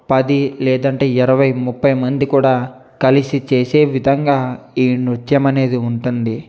పది లేదంటే ఇరవై ముఫై మంది కూడా కలిసి చేసే విధంగా ఈ నృత్యం అనేది ఉంటుంది